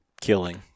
killing